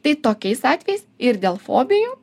tai tokiais atvejais ir dėl fobijų